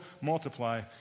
multiply